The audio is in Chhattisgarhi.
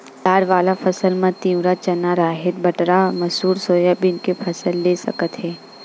दार वाला फसल म तिंवरा, चना, राहेर, बटरा, मसूर, सोयाबीन के फसल ले सकत हे